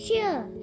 Sure